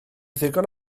ddigon